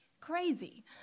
crazy